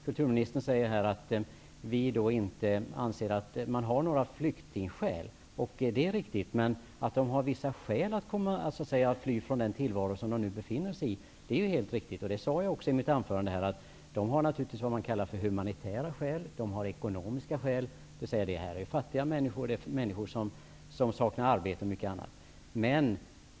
Kulturministern säger att vi inte anser att de har några flyktings käl. Det är riktigt. Men det är också riktigt att de har vissa skäl att fly från den tillvaro de befinner sig i. Jag sade också i mitt anförande att de naturligt vis har vad man kallar humanitära skäl och de har ekonomiska skäl. Detta är fattiga människor. Det är människor som saknar arbete och mycket an nat.